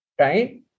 right